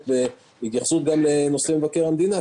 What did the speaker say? ובהתייחסות גם לנושא מבקר המדינה,